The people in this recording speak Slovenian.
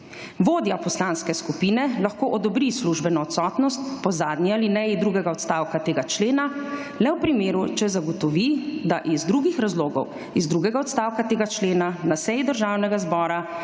Vodja poslanske skupine lahko odobri službeno odsotnost po zadnji alineji drugega odstavka tega čelna le v primeru, če zagotovi, da iz drugih razlogov, iz drugega odstavka tega člena na seji Državnega zbora